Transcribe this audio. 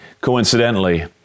coincidentally